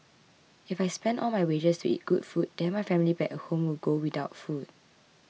if I spend all my wages to eat good food then my family back at home will go without food